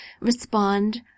respond